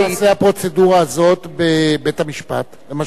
תעשה הפרוצדורה הזאת בבית-המשפט, למשל?